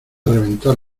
reventar